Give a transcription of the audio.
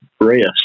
rest